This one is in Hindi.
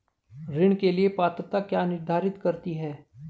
ऋण के लिए पात्रता क्या निर्धारित करती है?